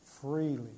Freely